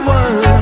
one